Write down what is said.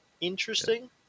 interesting